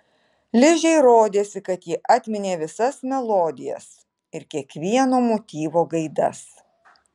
ližei rodėsi kad ji atminė visas melodijas ir kiekvieno motyvo gaidas